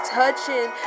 touching